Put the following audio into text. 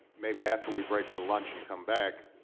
maybe after we break for lunch and come back,